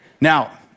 Now